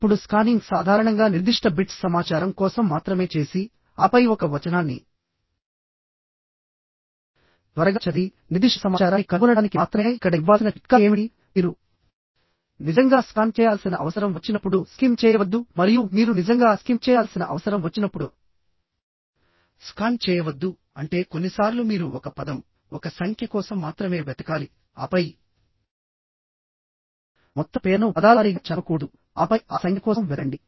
ఇప్పుడు స్కానింగ్ సాధారణంగా నిర్దిష్ట బిట్స్ సమాచారం కోసం మాత్రమే చేసి ఆపై ఒక వచనాన్ని త్వరగా చదివి నిర్దిష్ట సమాచారాన్ని కనుగొనడానికి మాత్రమే నేను మీకు ఇక్కడ ఇవ్వాల్సిన చిట్కా ఏమిటి మీరు నిజంగా స్కాన్ చేయాల్సిన అవసరం వచ్చినప్పుడు స్కిమ్ చేయవద్దు మరియు మీరు నిజంగా స్కిమ్ చేయాల్సిన అవసరం వచ్చినప్పుడు స్కాన్ చేయవద్దు అంటే కొన్నిసార్లు మీరు ఒక పదం ఒక సంఖ్య కోసం మాత్రమే వెతకాలి ఆపై మొత్తం పేరాను పదాల వారీగా చదవకూడదు ఆపై ఆ సంఖ్య కోసం వెతకండి